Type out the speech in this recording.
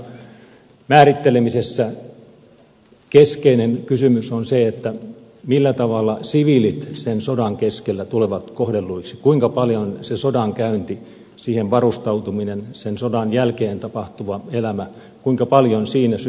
oikeudenmukaisen sodan määrittelemisessä keskeinen kysymys on se millä tavalla siviilit sen sodan keskellä tulevat kohdelluiksi kuinka paljon siinä sodankäynnissä siihen varustautumisessa sen sodan jälkeen tapahtuvassa elämässä syntyy siviiliuhreja